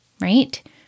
right